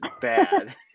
bad